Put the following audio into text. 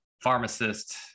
pharmacist